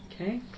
Okay